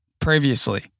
Previously